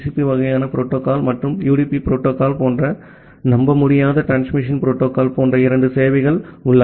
B வகையான protocol மற்றும் UDP protocol போன்ற நம்பமுடியாத டிரான்ஸ்மிஷன் புரோட்டோகால் போன்ற இரண்டு சேவைகள் உள்ளன